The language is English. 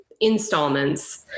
installments